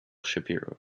shapiro